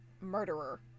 murderer